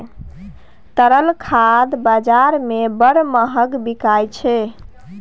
तरल खाद बजार मे बड़ महग बिकाय छै